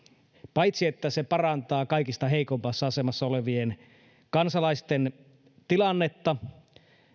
paitsi että se parantaa kaikista heikoimmassa asemassa olevien kansalaisten tilannetta